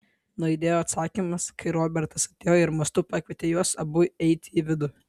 nuaidėjo atsakymas kai robertas atėjo ir mostu pakvietė juos abu eiti į vidų